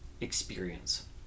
experience